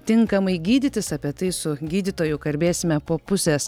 tinkamai gydytis apie tai su gydytoju kalbėsime po pusės